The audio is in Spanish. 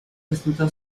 resultó